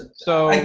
so,